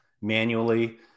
manually